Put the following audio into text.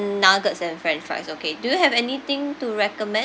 nuggets and french fries okay do you have anything to recommend